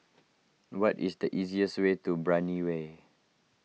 what is the easiest way to Brani Way